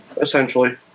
essentially